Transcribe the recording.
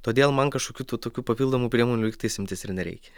todėl man kažkokių tų tokių papildomų priemonių lygtais imtis ir nereikia